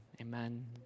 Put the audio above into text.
amen